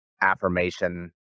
affirmation